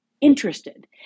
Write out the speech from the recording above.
interested